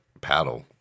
paddle